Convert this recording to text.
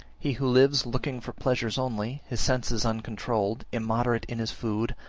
he who lives looking for pleasures only, his senses uncontrolled, immoderate in his food,